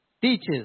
teaches